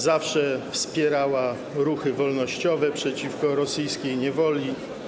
Zawsze wspierała ruchy wolnościowe przeciwko rosyjskiej niewoli.